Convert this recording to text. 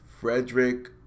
Frederick